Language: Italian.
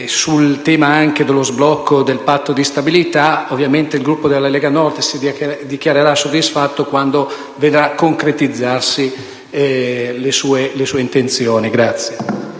sul tema dello sblocco del Patto di stabilità. Ovviamente il Gruppo della Lega Nord si dichiarerà soddisfatto quando vedrà concretizzarsi le sue intenzioni. [DE